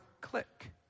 click